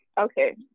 Okay